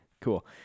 Cool